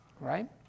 right